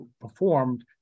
performed